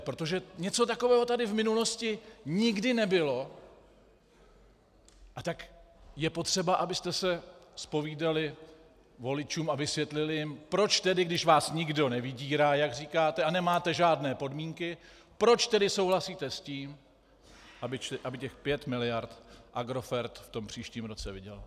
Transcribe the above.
Protože něco takového tady v minulosti nikdy nebylo, a tak je potřeba, abyste se zpovídali voličům a vysvětlili jim, proč tedy, když vás nikdo nevydírá, jak říkáte, a nemáte žádné podmínky, proč tedy souhlasíte s tím, aby těch pět miliard Agrofert v tom příštím roce vydělal.